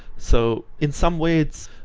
so in some ways,